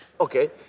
okay